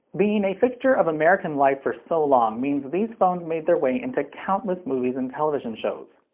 being a fixture of american life for so long means these phones made their way into countless movies and television shows.